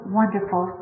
wonderful